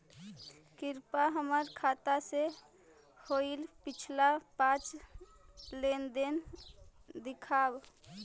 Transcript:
कृपा हमर खाता से होईल पिछला पाँच लेनदेन दिखाव